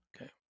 Okay